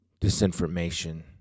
disinformation